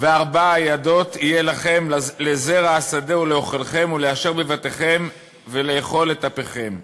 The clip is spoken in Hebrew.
וארבע הידת יהיה לכם לזרע השדה ולאכלכם ולאשר בבתיכם ולאכל לטפכם.